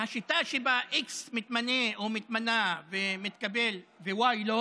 השיטה שבה x מתמנֶה או מתמנָה ומתקבל ו-y לא